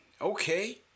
Okay